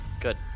good